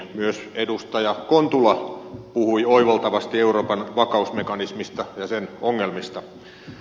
myös edustaja kontula puhui oivaltavasti euroopan vakausmekanismista ja sen ongelmista